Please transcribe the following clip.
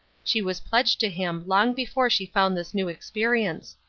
she was pledged to him long before she found this new experience.